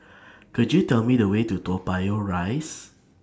Could YOU Tell Me The Way to Toa Payoh Rise